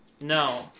No